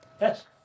Yes